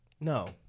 No